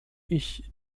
ich